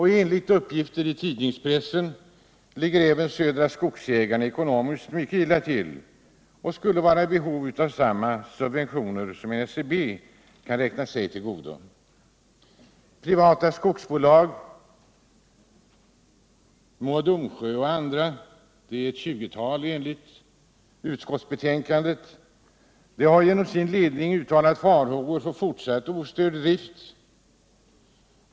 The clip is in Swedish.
Enligt uppgifter i pressen ligger även Södra Skogsägarna ekonomiskt mycket illa till och skulle vara i behov av samma subventioner som NCB kan räkna sig till godo. Privata skogsbolag, Mo och Domsjö m.fl. — det är ett tjugotal enligt utskottsbetänkandet — har genom sin ledning uttalat farhågor för fortsatt ostörd drift.